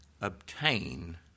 obtain